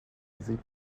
sieht